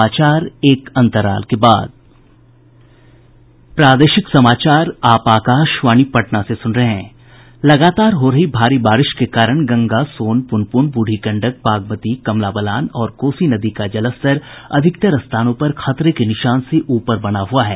लगातार हो रही भारी बारिश के कारण गंगा सोन पुनपुन बूढ़ी गंडक बागमती कमला बलान और कोसी नदी का जलस्तर अधिकतर स्थानों पर खतरे के निशान से ऊपर बना हुआ है